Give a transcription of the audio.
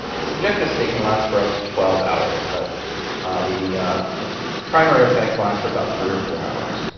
the subjective state can last for up to twelve hours. but the primary effects last for about three or four hours.